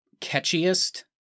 catchiest